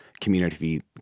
Community